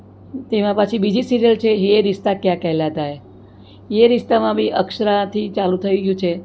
તેમાં પાછી બીજી સીરીઅલ છે યે રિશ્તા ક્યા કહેલાતા હૈ યે રિશ્તામાં બી અક્ષરાથી ચાલુ થઈ ગયું છે